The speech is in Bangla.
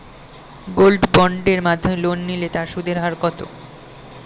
গোল্ড বন্ডের মাধ্যমে লোন নিলে তার সুদের হার কত?